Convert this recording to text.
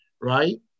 right